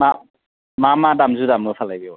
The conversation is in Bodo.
मा मा मा दामजु दामो फालाय बेयाव